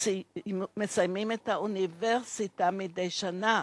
מסיימים את האוניברסיטאות מדי שנה,